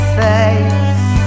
face